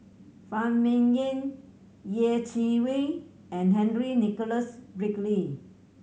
Phan Ming Yen Yeh Chi Wei and Henry Nicholas Ridley